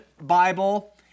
bible